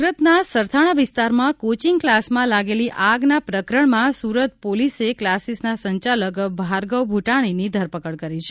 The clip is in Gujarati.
સુરતના સરથાણા વિસ્તારમાં કોચિંગ ક્લાસમાં લાગેલી આગના પ્રકરણમાં સુરત પોલીસે ક્લાસીસના સંચાલક ભાર્ગવ ભુટાણીની ધરપકડ કરી છે